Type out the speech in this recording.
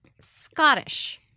Scottish